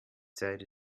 zeit